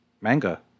manga